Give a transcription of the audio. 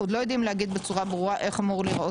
אנחנו לא יודעים להגיד בצורה ברורה איך אמור להיראות